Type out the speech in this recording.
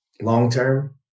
long-term